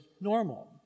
normal